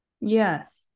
yes